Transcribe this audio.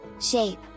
shape